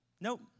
Nope